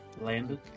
Landed